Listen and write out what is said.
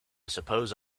suppose